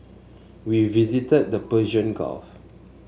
we visited the Persian Gulf